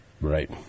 right